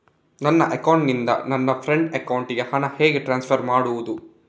ನನ್ನ ಅಕೌಂಟಿನಿಂದ ನನ್ನ ಫ್ರೆಂಡ್ ಅಕೌಂಟಿಗೆ ಹಣ ಹೇಗೆ ಟ್ರಾನ್ಸ್ಫರ್ ಮಾಡುವುದು?